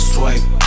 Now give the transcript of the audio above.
Swipe